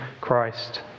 Christ